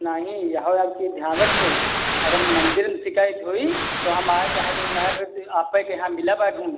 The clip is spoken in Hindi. नहीं यहो अवकी ध्यावक हु अगर मन्दिर में शिकायत होई तो हम आए के यहाँ जऊन अहै फिर आपै के यहाँ मिलब